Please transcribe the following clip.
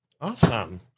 Awesome